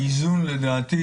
האיזון לדעתי